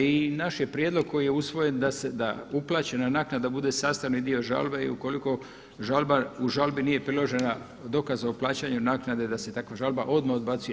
I naš je prijedlog koji je usvojen da uplaćena naknada bude sastavni dio žalbe i ukoliko u žalbi nije priložen dokaz o plaćanju naknade da se takva žalba odmah odbacuje.